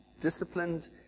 disciplined